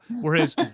Whereas